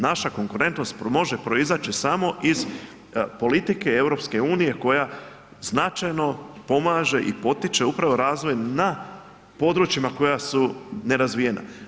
Naša konkurentnost može proizaći samo iz politike EU koja značajno pomaže i potiče upravo razvoj na područjima koja su nerazvijena.